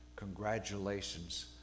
Congratulations